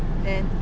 then